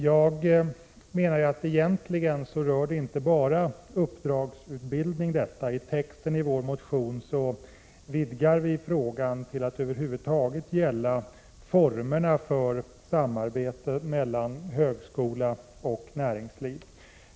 Frågan rör egentligen inte bara uppdragsutbildning, utan i texten i vår motion vidgar vi frågan till att över huvud taget gälla formerna för samarbete mellan högskola och näringsliv.